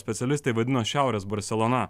specialistai vadina šiaurės barselona